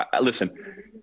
Listen